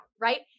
Right